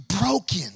broken